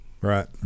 right